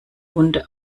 hunde